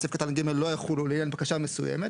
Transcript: סעיף קטן (ג) לא יחולו לעניין בקשה מסוימת,